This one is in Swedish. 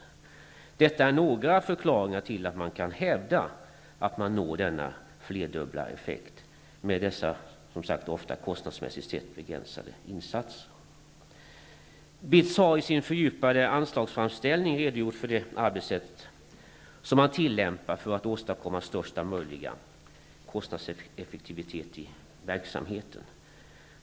Detta är några förklaringar till att man kan hävda att man når denna flerdubbla effekt med dessa som sagt ofta kostnadsmässigt begränsade insatser. BITS har i sin fördjupade anslagsframställning redogjort för det arbetssätt som man tillämpar för att åstadkomma största möjliga kostnadseffektivitet i verksamheten.